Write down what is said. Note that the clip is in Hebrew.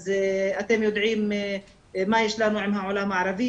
אז אתם יודעים מה יש לנו עם העולם הערבי